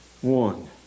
One